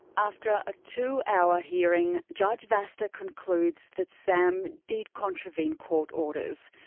after a two hour hearing, judge vasta concludes that sam did contravene court orders.